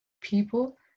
people